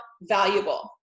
valuable